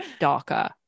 darker